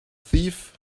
thief